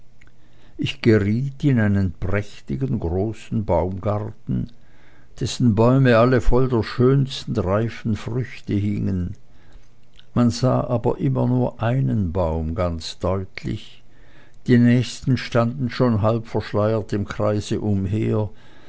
ich geriet in einen prächtigen großen baumgarten dessen bäume alle voll der schönsten reifen früchte hingen man sah aber immer nur einen baum ganz deutlich die nächsten standen schon halb verschleiert im kreise umher